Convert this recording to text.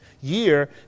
year